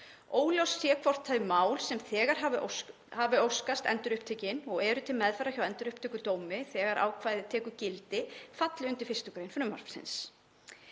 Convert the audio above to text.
Óljóst sé hvort þau mál sem þegar hafa óskast endurupptekin og eru til meðferðar hjá Endurupptökudómi þegar ákvæðið tekur gildi falli undir 1. gr. frumvarpsins.